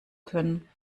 können